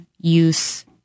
use